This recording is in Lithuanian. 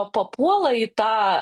papuola į tą